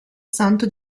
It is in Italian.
santo